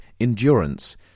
Endurance